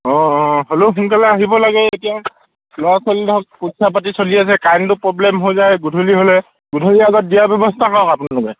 অঁ অ হ'লেও সোনকালে আহিব লাগে এতিয়া ল'ৰা ছোৱালী ধৰক পৰীক্ষা পাতি চলি আছে কাৰেণ্টটো প্ৰব্লেম হৈ যায় গধূলি হ'লে গধূলি আগত দিয়াৰ ব্যৱস্থা কৰক আপোনালোকে